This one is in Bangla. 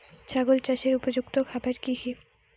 ছাগল চাষের উপযুক্ত খাবার কি কি?